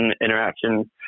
interaction